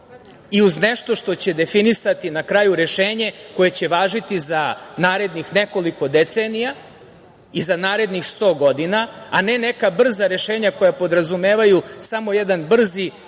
i uz nešto što će definisati na kraju rešenje koje će važiti za narednih nekoliko decenija i za narednih sto godina, a ne neka brza rešenja koja podrazumevaju samo jedan brzi